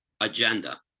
agenda